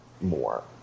more